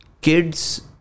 kids